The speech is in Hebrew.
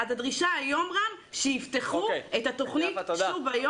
הדרישה היום היא שיפתחו את התכנית שוב.